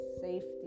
safety